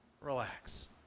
relax